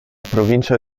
provincia